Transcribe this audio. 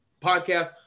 podcast